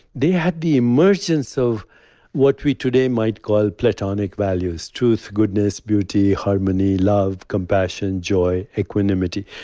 they had the emergence of what we today might call platonic values truth, goodness, beauty, harmony, love compassion, joy, equanimity.